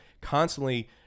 constantly